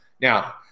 Now